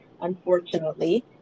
unfortunately